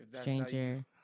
stranger